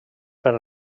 per